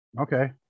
Okay